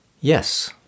Yes